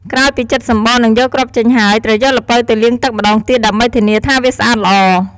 ក្រោយពីចិតសំបក និងយកគ្រាប់ចេញហើយ ត្រូវយកល្ពៅទៅលាងទឹកម្តងទៀត ដើម្បីធានាថាវាស្អាតល្អ។